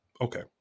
Okay